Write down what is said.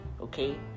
okay